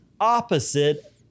opposite